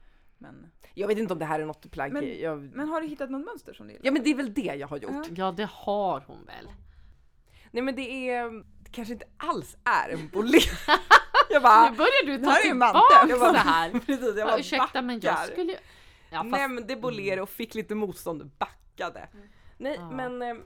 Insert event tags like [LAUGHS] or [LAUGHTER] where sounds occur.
Men- Jag vet inte om det här är något plagg- Men- jag- men har du hittat något mönster som du gillar? Ja, men det är väl det jag har gjort. Ja. Ja, det har hon väl. Nej, men det är- det kanske inte alls är en boler. [LAUGHS] Jag bara- Nu börjar du ta Det här är ju tillbaka manteln. Jag bara- så här. [LAUGHS] Precis, jag Ja, bara ursäkta, men jag backar. skulle ju- Ja, fast- Nämnde boler Mm. och fick lite motstånd. Backade. Mm. Nej, Ja. men, eh,